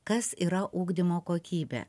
kas yra ugdymo kokybė